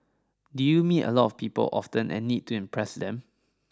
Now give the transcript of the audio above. do you meet a lot of people often and need to impress them